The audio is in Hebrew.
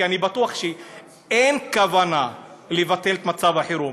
כי אני בטוח שאין כוונה לבטל את מצב החירום.